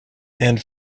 and